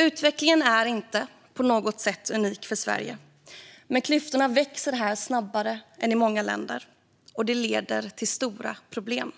Utvecklingen är inte på något sätt unik för Sverige, men klyftorna växer snabbare här än i många andra länder. Och det leder till stora problem.